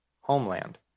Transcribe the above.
homeland